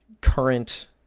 current